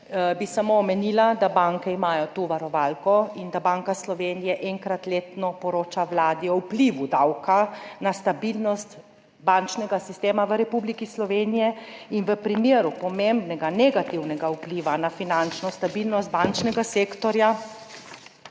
bi samo omenila, da imajo banke to varovalko in da Banka Slovenije enkrat letno poroča Vladi o vplivu davka na stabilnost bančnega sistema v Republiki Sloveniji in v primeru pomembnega negativnega vpliva na finančno stabilnost bančnega sektorja